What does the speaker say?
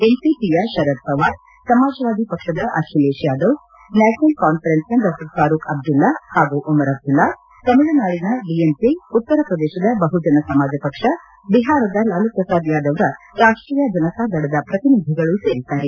ಎನ್ಸಿಪಿಯ ಶರದ್ ಪವಾರ್ ಸಮಾಜವಾದಿ ಪಕ್ಷದ ಅಖಿಲೇಶ್ ಯಾದವ್ ನ್ಯಾಷನಲ್ ಕಾನ್ಫರೆನ್ಸ್ನ ಡಾ ಫಾರೂಕ್ ಅಬ್ದುಲ್ಲಾ ಹಾಗೂ ಓಮರ್ ಅಬ್ದುಲ್ಲಾ ತಮಿಳುನಾಡಿನ ಡಿಎಂಕೆ ಉತ್ತರ ಪ್ರದೇಶದ ಬಹುಜನ ಸಮಾಜ ಪಕ್ಷ ಬಿಹಾರದ ಲಾಲು ಪ್ರಸಾದ್ ಯಾದವ್ರ ರಾಷ್ಟೀಯ ಜನತಾ ದಳದ ಪ್ರತಿನಿಧಿಗಳು ಸೇರಿದ್ದಾರೆ